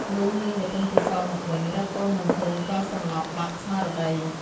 លុះនាងបុទមកេសរមកវិញ រកកូនមិនឃើញក៏សន្លប់បាត់ស្មារតី។